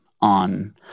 on